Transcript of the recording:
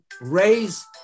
raise